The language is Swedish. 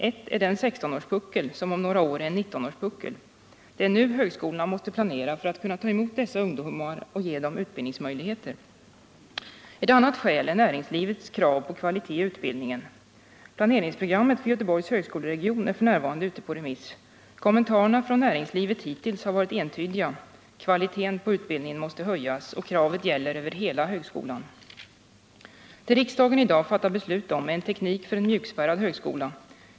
Ett är den 16-årspuckel som om några år är en 19-årspuckel. Det är nu högskolorna måste planera för att ta emot dessa ungdomar och ge dem utbildningsmöjligheter. Ett annat skäl är näringslivets krav på kvalitet i utbildningen. Planeringsprogrammet för Göteborgs högskoleregion är f. n. ute på remiss. Kommentarerna från näringslivet har hittills varit entydiga. Kvaliteten på utbildningen måste höjas, och kravet gäller hela högskolan. Det riksdagen i dag fattar beslut om är en teknik för en mjukspärrad högskola.